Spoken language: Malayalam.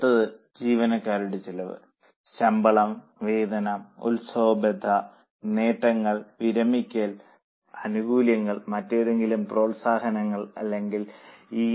അടുത്തത് ജീവനക്കാരുടെ ചെലവ് ശമ്പളം വേതനം ഉത്സവബത്ത നേട്ടങ്ങൾ വിരമിക്കൽ ആനുകൂല്യങ്ങൾ മറ്റേതെങ്കിലും പ്രോത്സാഹനങ്ങൾ അല്ലെങ്കിൽ ഇ